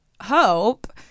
Hope